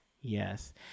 Yes